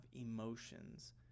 emotions